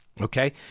okay